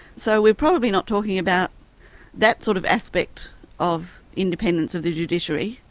so we're probably not talking about that sort of aspect of independence of the judiciary.